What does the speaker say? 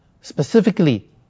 specifically